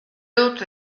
dut